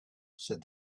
said